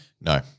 No